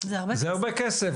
זה הרבה כסף,